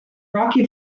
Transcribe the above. rocky